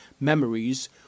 Memories